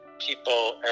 people